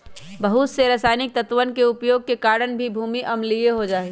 बहुत से रसायनिक तत्वन के उपयोग के कारण भी भूमि अम्लीय हो जाहई